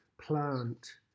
plant